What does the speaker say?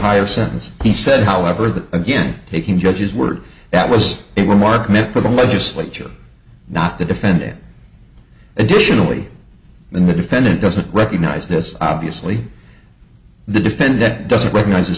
higher sentence he said however that again taking judges word that was a remark meant for the legislature not the defendant additionally in the defendant doesn't recognize this obviously the defendant doesn't recognize